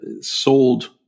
sold